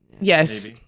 yes